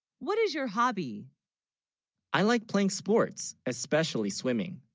what is your hobby i like playing sports especially swimming